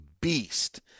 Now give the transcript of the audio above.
beast